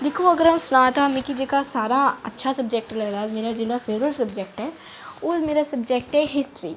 दिक्खो अगर अ'ऊं सनांऽ तां मिगी जेह्का सारें शा अच्छा सब्जैक्ट लगदा मेरा जेह्ड़ा फेवरेट सब्जैक्ट ऐ ओह् मेरा सब्जैक्ट ऐ हिस्ट्री